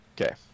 Okay